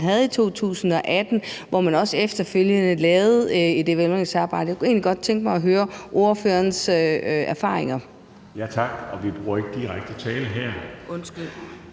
havde i 2018, hvor man også efterfølgende lavede et evalueringsarbejde? Jeg kunne egentlig godt tænke mig at høre ordførerens erfaringer med det. Kl.